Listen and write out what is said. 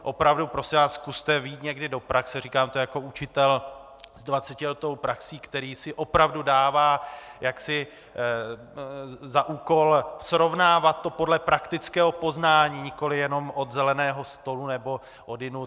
Opravdu zkuste vyjít někdy do praxe říkám to jako učitel s dvacetiletou praxí, který si opravdu dává za úkol srovnávat to podle praktického poznání, nikoliv jenom od zeleného stolu nebo odjinud.